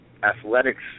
Athletics